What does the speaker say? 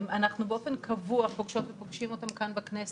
אנחנו באופן קבוע פוגשות ופוגשים אותם כאן בכנסת,